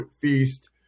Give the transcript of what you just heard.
FEAST